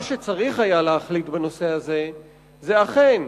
מה שצריך היה להחליט בנושא הזה זה אכן